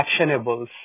actionables